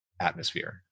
atmosphere